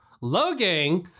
Logan